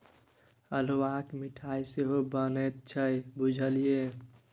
अल्हुआक मिठाई सेहो बनैत छै बुझल ये?